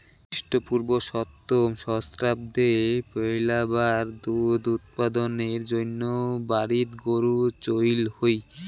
খ্রীষ্টপূর্ব সপ্তম সহস্রাব্দে পৈলাবার দুধ উৎপাদনের জইন্যে বাড়িত গরু চইল হই